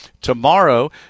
tomorrow